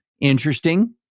Interesting